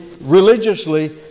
religiously